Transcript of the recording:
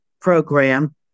program